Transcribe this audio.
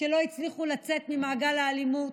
שלא הצליחו לצאת ממעגל האלימות,